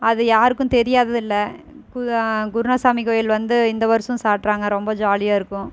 அது யாருக்கும் தெரியாதது இல்லை கு குருனாசாமி கோயில் வந்து இந்த வருஷம் சாட்றாங்கள் ரொம்ப ஜாலியாக இருக்கும்